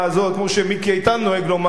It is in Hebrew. כמו שמיקי איתן נוהג לומר,